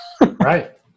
Right